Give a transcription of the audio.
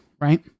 right